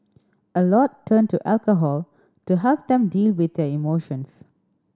a lot turn to alcohol to help them deal with their emotions